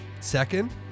Second